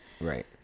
right